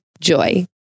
Joy